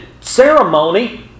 ceremony